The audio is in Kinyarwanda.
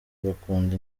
bakunda